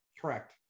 Correct